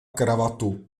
kravatu